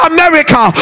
America